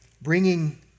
bringing